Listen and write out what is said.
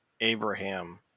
Abraham